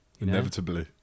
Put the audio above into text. Inevitably